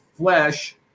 flesh